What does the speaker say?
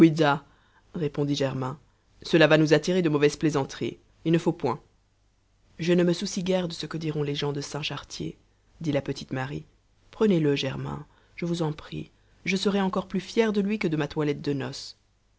répondit germain cela va nous attirer de mauvaises plaisanteries il ne faut point je ne me soucie guère de ce que diront les gens de saintchartier dit la petite marie prenez-le germain je vous en prie je serai encore plus fière de lui que de ma toilette de noces